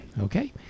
Okay